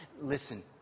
listen